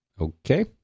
Okay